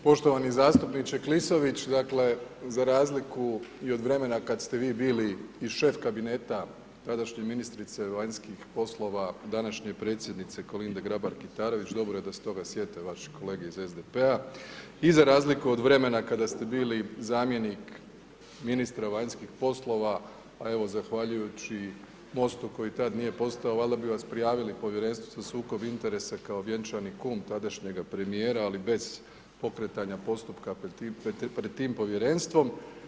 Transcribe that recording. Poštovani zastupniče Klisović, dakle za razliku i od vremena kada ste vi bili i šef kabineta tadašnje ministrice vanjskih poslova, današnje predsjednice Kolinde Grabar Kitarović, dobro je da se toga sjete vaše kolege iz SDP-a i za razliku od vremena kada ste bili zamjenik ministra vanjskih poslova a evo zahvaljujući MOST-u koji tad nije postojao valjda bi vas prijavili Povjerenstvu za sukob interesa kao vjenčani kum tadašnjega premijera ali bez pokretanja postupka pred tim povjerenstvom.